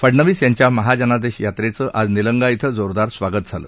फडनवीस यांच्या महाजन आदेश यात्रेचं आज निलंगा इथं जोरदार स्वागत झालं